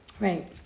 right